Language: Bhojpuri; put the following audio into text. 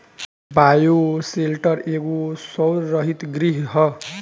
बायोशेल्टर एगो सौर हरित गृह ह